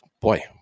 Boy